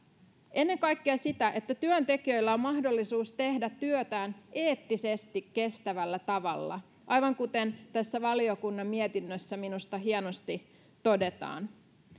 ennen kaikkea sitä että työntekijöillä on mahdollisuus tehdä työtään eettisesti kestävällä tavalla aivan kuten tässä valiokunnan mietinnössä minusta hienosti todetaan